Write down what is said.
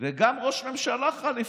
וגם ראש ממשלה חליפי.